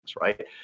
right